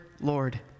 Lord